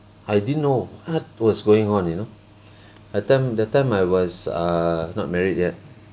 I didn't know what was going on you know that time that time I was err not married yet